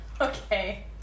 okay